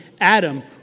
Adam